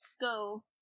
go